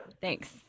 Thanks